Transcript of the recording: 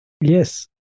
Yes